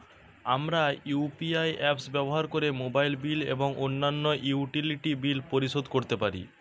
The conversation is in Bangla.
আমরা ইউ.পি.আই অ্যাপস ব্যবহার করে মোবাইল বিল এবং অন্যান্য ইউটিলিটি বিল পরিশোধ করতে পারি